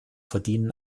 verdienen